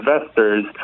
investors